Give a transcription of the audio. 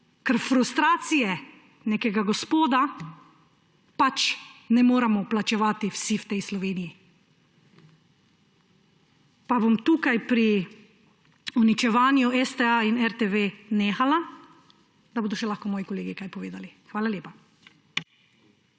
ker frustracije nekega gospoda pač ne moremo plačevati vsi v tej Sloveniji. Pa bom tukaj pri uničevanju STA in RTV nehala, da bodo še lahko moji kolegi kaj povedali. Hvala lepa.